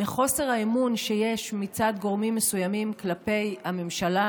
מחוסר האמון שיש מצד גורמים מסוימים כלפי הממשלה